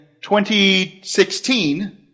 2016